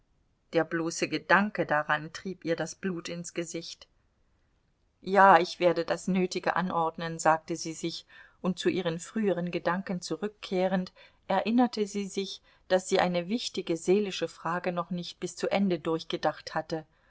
der bloße gedanke daran trieb ihr das blut ins gesicht ja ich werde das nötige anordnen sagte sie sich und zu ihren früheren gedanken zurückkehrend erinnerte sie sich daß sie eine wichtige seelische frage noch nicht bis zu ende durchgedacht hatte